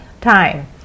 time